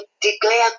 declare